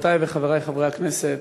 חברותי וחברי חברי הכנסת,